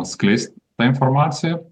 skleist tą informaciją